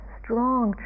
strong